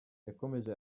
yakomeje